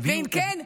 ואם כן,